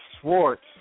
Swartz